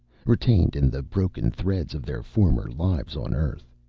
retained in the broken threads of their former lives on earth.